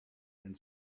and